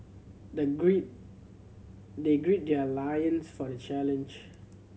the grid they grid their loins for the challenge